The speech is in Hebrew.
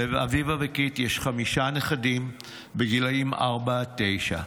לאביבה וקית' יש חמישה נכדים בגילים ארבע עד תשע.